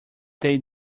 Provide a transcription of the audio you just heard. they